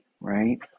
right